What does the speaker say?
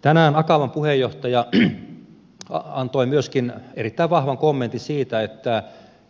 tänään myöskin akavan puheenjohtaja antoi erittäin vahvan kommentin siitä